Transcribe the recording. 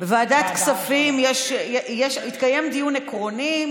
בוועדת כספים יתקיים דיון עקרוני,